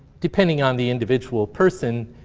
depending on the individual person,